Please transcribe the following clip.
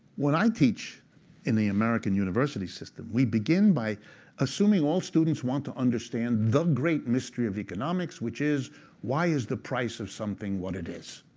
when i teach in the american university system, we begin by assuming all students want to understand the great mystery of economics, which is why is the price of something what it is?